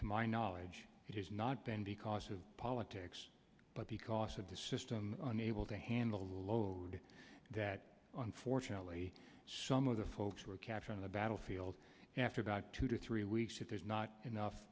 to my knowledge has not been because of politics but because of the system unable to handle the load that on fortunately some of the folks who are kept on the battlefield after about two to three weeks if there's not enough